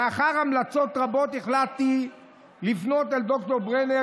לאחר המלצות רבות החלטתי לבנות על ד"ר ברנר,